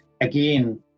again